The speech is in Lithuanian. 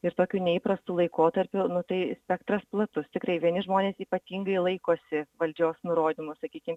ir tokiu neįprastu laikotarpiu nu tai spektras platus tikrai vieni žmonės ypatingai laikosi valdžios nurodymų sakykim